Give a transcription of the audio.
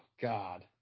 God